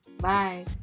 Bye